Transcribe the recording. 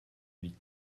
huit